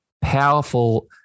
powerful